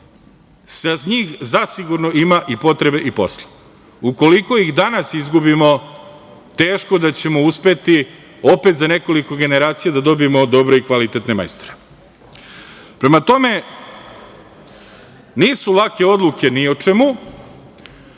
za njih zasigurno ima i potrebe i posla. Ukoliko ih danas izgubimo, teško da ćemo uspeti opet za nekoliko generacija da dobijemo dobre i kvalitetne majstore. Prema tome, nisu lake odluke ni o čemu